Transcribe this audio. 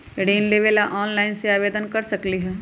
ऋण लेवे ला ऑनलाइन से आवेदन कर सकली?